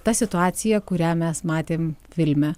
ta situacija kurią mes matėm filme